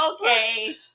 okay